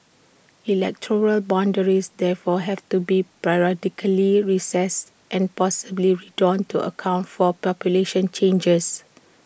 electoral boundaries therefore have to be periodically reassessed and possibly redrawn to account for population changes